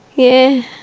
yeah,